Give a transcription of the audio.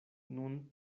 nun